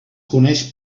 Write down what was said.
coneix